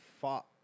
fought